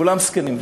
כולם זקנים.